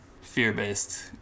fear-based